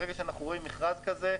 ברגע שאנחנו רואים מכרז כזה,